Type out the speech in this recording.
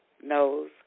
Knows